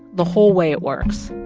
the whole way it works.